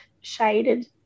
shaded